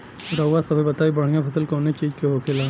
रउआ सभे बताई बढ़ियां फसल कवने चीज़क होखेला?